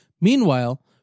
Meanwhile